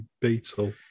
beetle